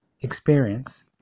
experience